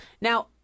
Now